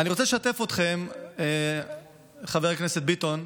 אני רוצה לשתף אתכם, חבר הכנסת ביטון,